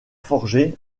forgé